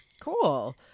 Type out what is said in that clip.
Cool